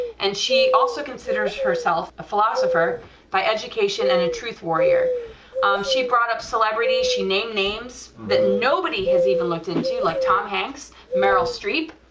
and she also considers herself a philosopher by education and truth warrior um she brought up celebrity, she named names that nobody has even looked into, like tom hanks, meryl streep,